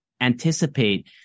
anticipate